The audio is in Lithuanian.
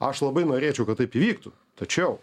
aš labai norėčiau kad taip įvyktų tačiau